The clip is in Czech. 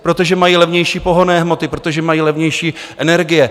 Protože mají levnější pohonné hmoty, protože mají levnější energie.